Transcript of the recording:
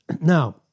Now